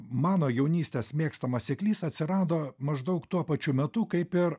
mano jaunystės mėgstamas seklys atsirado maždaug tuo pačiu metu kaip ir